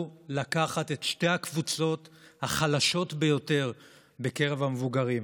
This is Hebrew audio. לקחת את שתי הקבוצות החלשות ביותר בקרב המבוגרים,